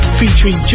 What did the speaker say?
featuring